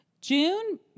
June